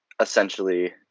essentially